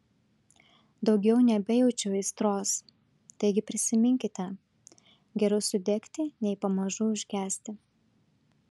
daugiau nebejaučiu aistros taigi prisiminkite geriau sudegti nei pamažu užgesti